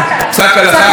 פסק הלכה.